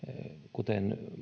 kuten